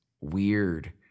weird